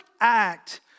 act